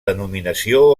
denominació